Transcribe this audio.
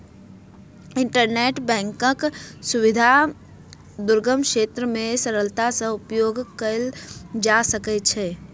internet बैंकक सुविधा दुर्गम क्षेत्र मे सरलता सॅ उपयोग कयल जा सकै छै